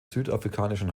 südafrikanischen